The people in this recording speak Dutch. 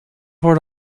voor